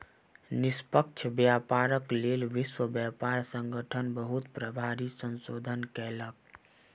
निष्पक्ष व्यापारक लेल विश्व व्यापार संगठन बहुत प्रभावी संशोधन कयलक